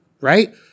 right